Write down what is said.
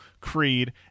Creed